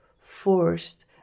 forced